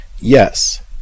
yes